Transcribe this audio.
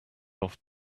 off